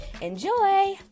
Enjoy